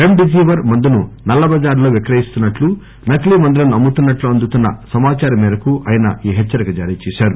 REM డిసివీర్ మందును నల్ల బజారులో విక్రయిస్తున్నట్లు నఖిలీ మందులను అమ్ముతున్న ట్లు అందుకున్న సమాచారం మేరకు ఆయన ఈ హెచ్చరిక చేశారు